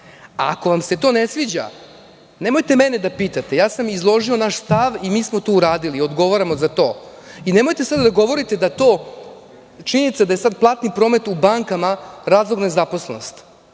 Ako vam se to ne sviđa, nemojte mene da pitate, ja sam izložio naš stav i mi smo to uradili, odgovaramo za to. Nemojte sada da govorite da je to, činjenica da je sad platni promet u bankama razlog nezaposlenosti.